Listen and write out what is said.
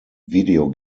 video